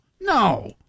no